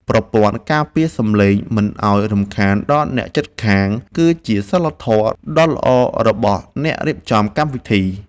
ប្រព័ន្ធការពារសម្លេងមិនឱ្យរំខានដល់អ្នកជិតខាងគឺជាសីលធម៌ដ៏ល្អរបស់អ្នករៀបចំកម្មវិធី។